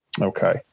Okay